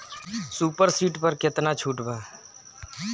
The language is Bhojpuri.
सुपर सीडर पर केतना छूट बा?